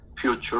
future